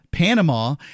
Panama